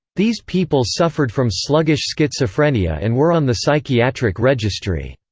these people suffered from sluggish schizophrenia and were on the psychiatric registry.